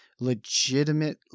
legitimate